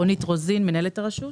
לצדי רונית רוזין, מנהלת הרשות,